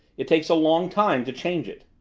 it takes a long time to change it.